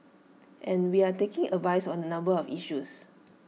and we're taking advice on A number of issues